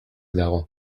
dago